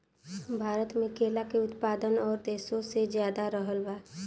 भारत मे केला के उत्पादन और देशो से ज्यादा रहल बा